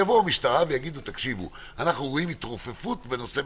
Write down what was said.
יבואו אנשי המשטרה ויגידו: אנחנו רואים התרופפות בנושא מסוים.